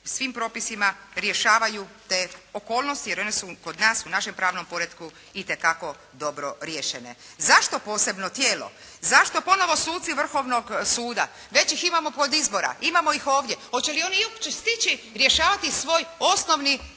svim propisima rješavaju te okolnosti jer one su kod nas, u našem pravnom poretku itekako dobro riješene. Zašto posebno tijelo? Zašto ponovo suci Vrhovnog suda? Već ih imamo kod izbora, imamo ih ovdje. Hoće li oni uopće stići rješavati svoj osnovni